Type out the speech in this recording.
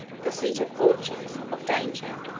the seat of fortune, of danger,